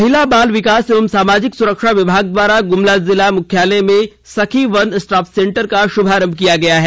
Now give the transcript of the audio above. महिला बाल विकास एवं सामाजिक सुरक्षा विभाग द्वारा गुमला जिला मुख्यालय में सखी वन स्टॉप सेंटर का शुभारंभ किया गया है